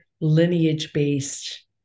lineage-based